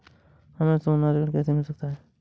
हमें सोना ऋण कैसे मिल सकता है?